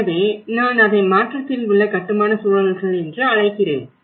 எனவே நான் அதை மாற்றத்தில் உள்ள கட்டுமான சூழல்கள் என்று அழைக்கிறேன்